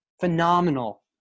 phenomenal